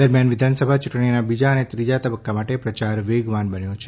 દરમિયાન વિધાનસભા ચૂંટણીના બીજા અને ત્રીજા તબક્કા માટે પ્રચાર વેગવાન બન્યો છે